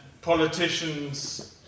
politicians